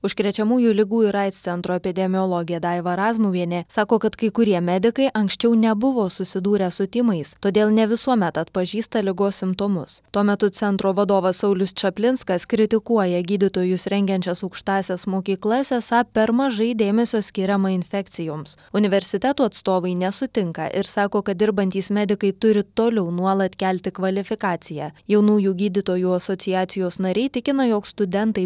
užkrečiamųjų ligų ir aids centro epidemiologė daiva razmuvienė sako kad kai kurie medikai anksčiau nebuvo susidūrę su tymais todėl ne visuomet atpažįsta ligos simptomus tuo metu centro vadovas saulius čaplinskas kritikuoja gydytojus rengiančias aukštąsias mokyklas esą per mažai dėmesio skiriama infekcijoms universitetų atstovai nesutinka ir sako kad dirbantys medikai turi toliau nuolat kelti kvalifikaciją jaunųjų gydytojų asociacijos nariai tikina jog studentai